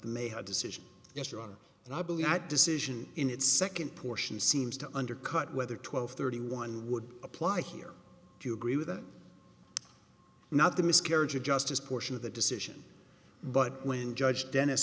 have decision yesterday and i believe that decision in its second portion seems to undercut whether twelve thirty one would apply here do you agree with or not the miscarriage of justice portion of the decision but when judge dennis